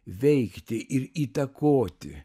veikti ir įtakoti